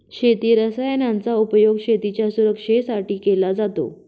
शेती रसायनांचा उपयोग शेतीच्या सुरक्षेसाठी केला जातो